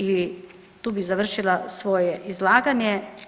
I tu bih završila svoje izlaganje.